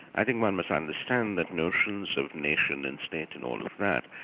i think one must understand that notions of nation and state and all of that,